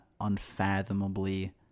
unfathomably